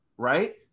Right